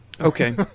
Okay